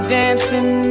dancing